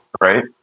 right